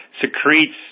secretes